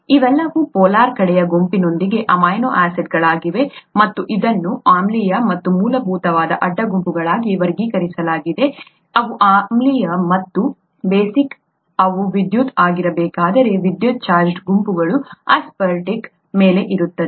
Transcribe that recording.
ಇವೆಲ್ಲವೂ ಪೋಲಾರ್ ಕಡೆಯ ಗುಂಪಿನೊಂದಿಗೆ ಅಮೈನೋ ಆಸಿಡ್ಗಳಾಗಿವೆ ಮತ್ತು ಇದನ್ನು ಆಮ್ಲೀಯ ಮತ್ತು ಮೂಲಭೂತವಾದ ಅಡ್ಡ ಗುಂಪುಗಳಾಗಿ ವರ್ಗೀಕರಿಸಲಾಗಿದೆ ಅವು ಆಮ್ಲೀಯ ಮತ್ತು ಬೇಸಿಕ್ ಅವು ವಿದ್ಯುತ್ ಆಗಿರಬೇಕಾದರೆ ವಿದ್ಯುತ್ ಚಾರ್ಜ್ಡ್ ಗುಂಪುಗಳು ಆಸ್ಪರ್ಟಿಕ್ ಆಸಿಡ್ ಮೇಲೆ ಇರುತ್ತವೆ